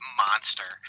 monster